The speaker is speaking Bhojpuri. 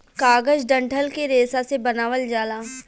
कागज डंठल के रेशा से बनावल जाला